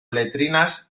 letrinas